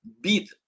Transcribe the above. beat